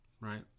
right